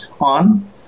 on